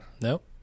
Nope